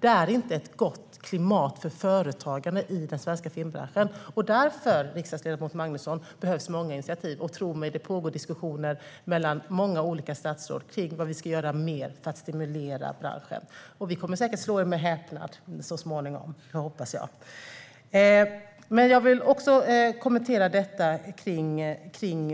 Det är inte ett gott klimat för företagande i den svenska filmbranschen. Därför, riksdagsledamot Magnusson, behövs många initiativ. Tro mig: Det pågår diskussioner mellan många olika statsråd om vad vi ska göra mer för att stimulera branschen. Vi kommer säkert att slå er med häpnad så småningom, hoppas jag. Jag vill också kommentera